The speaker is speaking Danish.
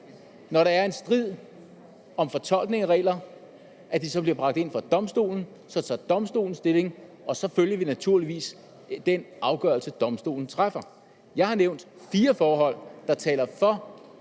når der er en strid om fortolkning af regler, så bringer det for Domstolen. Så tager Domstolen stilling, og så følger vi naturligvis den afgørelse, Domstolen træffer. Jeg har tidligere i et indlæg over for